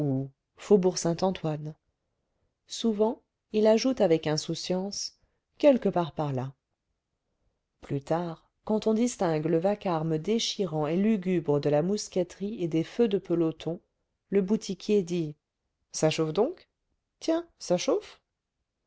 saint-antoine souvent il ajoute avec insouciance quelque part par là plus tard quand on distingue le vacarme déchirant et lugubre de la mousqueterie et des feux de peloton le boutiquier dit ça chauffe donc tiens ça chauffe